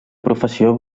professió